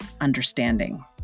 understanding